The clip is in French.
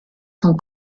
son